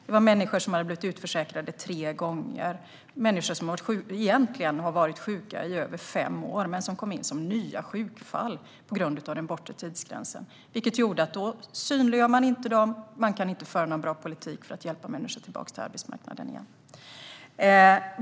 Det var människor som blivit utförsäkrade tre gånger, människor som egentligen varit sjuka i över fem år men som kom in som nya sjukfall på grund av den bortre tidsgränsen. Då synliggörs inte människor, och man kan inte föra en bra politik för att hjälpa dem tillbaka till arbetsmarknaden igen.